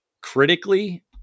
critically